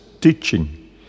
teaching